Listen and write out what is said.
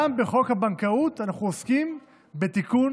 גם בחוק הבנקאות אנחנו עוסקים בתיקון